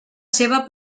seva